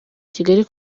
kigali